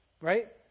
Right